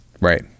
Right